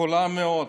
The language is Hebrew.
חולה מאוד.